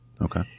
Okay